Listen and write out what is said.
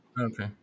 okay